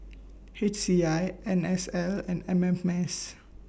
H C I N S L and M M S